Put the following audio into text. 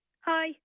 Hi